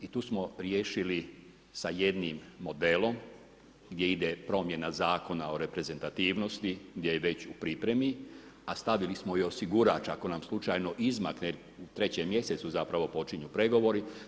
I tu smo riješili sa jednim modelom gdje ide promjena zakona o reprezentativnosti, gdje je već u pripremi, a stavili smo i osigurač, ako nam slučajno izmakne, u 3 mj. zapravo počinju pregovori.